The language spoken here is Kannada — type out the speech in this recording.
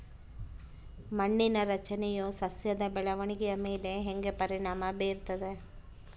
ಮಣ್ಣಿನ ರಚನೆಯು ಸಸ್ಯದ ಬೆಳವಣಿಗೆಯ ಮೇಲೆ ಹೆಂಗ ಪರಿಣಾಮ ಬೇರ್ತದ?